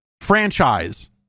franchise